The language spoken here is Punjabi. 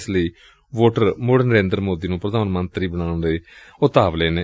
ਇਸ ਲਈ ਵੋਟਰ ਮੁਤ ਨਰਿੰਦਰ ਮੋਦੀ ਨੂੰ ਪ੍ਰਧਾਨ ਮੰਤਰੀ ਬਣਾਉਣ ਲਈ ਉਤਾਵਲਾ ਨੇ